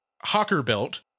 Hawker-built